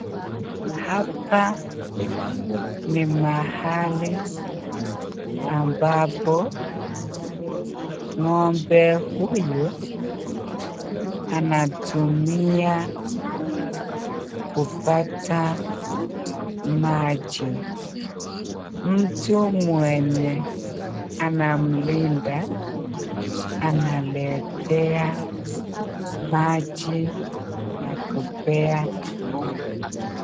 Hapa ni mahali ambapo ngómbe huyu anatumia kupata maji. Mtu mwenye anamlinda analeta maji na kupea yeye.